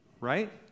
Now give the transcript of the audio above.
Right